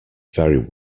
very